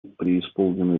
преисполнены